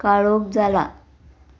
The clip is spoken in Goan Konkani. काळोख जाला